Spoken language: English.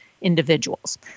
individuals